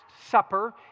Supper